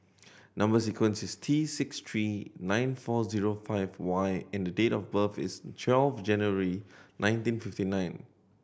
number sequence is T six three nine four five Y and the date of birth is twelve January nineteen fifty nine